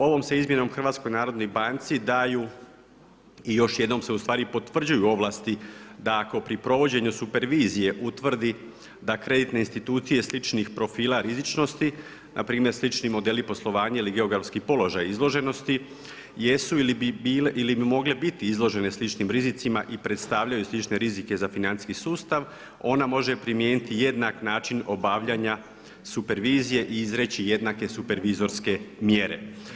Ovom se izmjenom Hrvatskoj narodnoj banci daju i još jednom se ustvari potvrđuju ovlasti da ako pri provođenju supervizije utvrdi da kreditne institucije sličnih profila rizičnosti npr. slični modeli poslovanja ili geografski položaj izloženosti jesu ili bi mogle biti izložene sličnim rizicima i predstavljaju slične rizike za financijski sustav, ona može primijeniti jednak način obavljanja supervizije i izreći jednake supervizorske mjere.